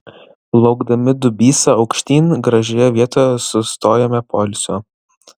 plaukdami dubysa aukštyn gražioje vietoje sustojome poilsio